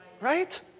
Right